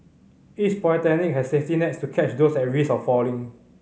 each polytechnic has safety nets to catch those at risk of failing